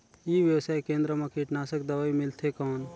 ई व्यवसाय केंद्र मा कीटनाशक दवाई मिलथे कौन?